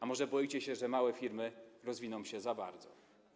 A może boicie się, że małe firmy rozwiną się za bardzo?